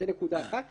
זאת נקודה אחת.